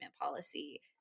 policy